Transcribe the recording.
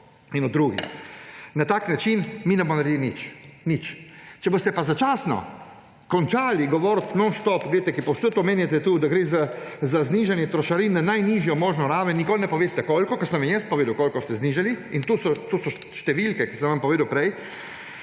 in drugih – na tak način mi ne bomo naredili nič. Nič. Če boste pa nehali nonstop govoriti »začasno« … Vsepovsod omenjate, da gre za znižanje trošarin na najnižjo možno raven, nikoli ne poveste, koliko. Sem vam jaz povedal, koliko ste znižali, in to so številke, ki sem vam jih povedal prej.